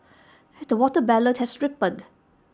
the watermelon has ripened